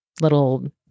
little